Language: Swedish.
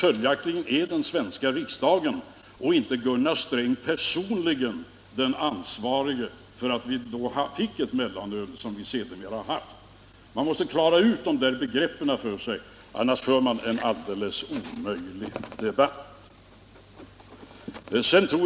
Följaktligen är det den svenska riksdagen och inte Gunnar Sträng personligen som är ansvarig för det mellanöl som vi då fick och alltjämt har. Man måste klara ut dessa begrepp, annars för man en alldeles omöjlig debatt.